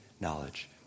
knowledge